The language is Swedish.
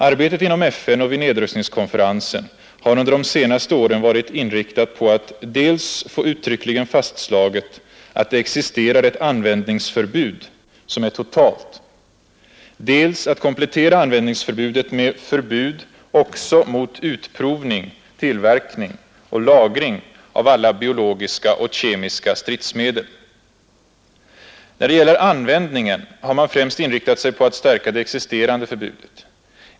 Arbetet inom FN och vid nedrustningskonferensen har under de senaste åren varit inriktat på dels att få uttryckligen fastslaget att det existerar ett användningsförbud som är totalt, dels att komplettera användningsförbudet med förbud också mot utprovning, tillverkning och lagring av alla biologiska och kemiska stridsmedel. När det gäller användningen har man främst inriktat sig på att stärka det existerande förbudet.